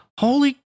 Holy